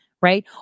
right